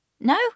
No